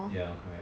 ya correct